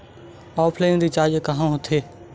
Offline recharge कहां होथे?